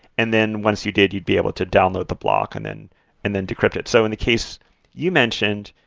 and then once you did, you'd be able to download the block and then and then decrypt it so in the case you mentioned,